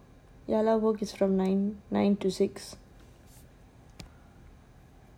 ya lah vogue is from nine nine two six